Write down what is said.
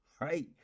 Right